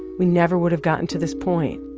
we never would have gotten to this point.